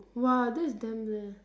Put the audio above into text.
!wah! that it's damn